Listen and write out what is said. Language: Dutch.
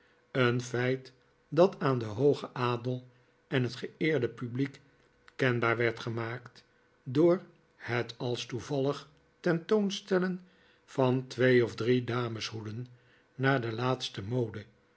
een feit dat aan den hoogen adel en het geeerde publiek kenbaar werd gemaakt door het als toevallig tentoonstellen van twee of drie dameshoeden naar de laatste mode